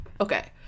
okay